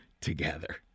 together